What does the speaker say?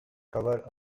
cover